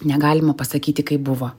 negalima pasakyti kaip buvo